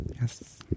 Yes